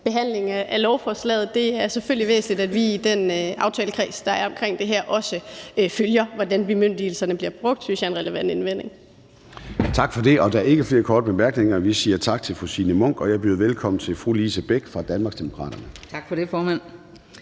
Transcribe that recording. behandling af lovforslaget. Det er selvfølgelig væsentligt, at vi i den aftalekreds, der er omkring det her, også følger, hvordan bemyndigelsen bliver brugt. Det synes jeg er en relevant indvending. Kl. 10:17 Formanden (Søren Gade): Tak for det. Der er ikke flere korte bemærkninger, så vi siger tak til fru Signe Munk. Jeg byder velkommen til fru Lise Bech fra Danmarksdemokraterne. Kl. 10:17 (Ordfører)